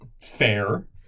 fair